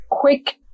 Quick